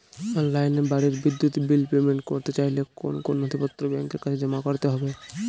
অনলাইনে বাড়ির বিদ্যুৎ বিল পেমেন্ট করতে চাইলে কোন কোন নথি ব্যাংকের কাছে জমা করতে হবে?